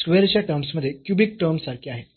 square च्या terms मध्ये cubic term सारखे आहे आणि k क्यूब आहे